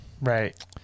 Right